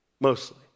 Mostly